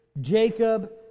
Jacob